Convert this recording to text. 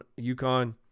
uconn